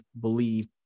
believe